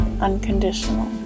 unconditional